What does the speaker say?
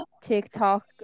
TikTok